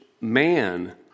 man